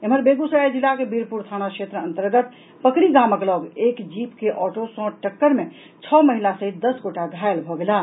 एम्हर बेगूसराय जिलाक बीरपुर थाना क्षेत्र अंतर्गत पकड़ी गामक लऽग एक जीप के ऑटो सॅ टक्कर मे छओ महिला सहित दस गोटा घायल भऽ गेलाह